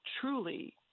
truly